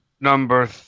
Number